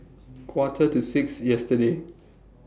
Quarter to six yesterday